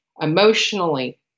emotionally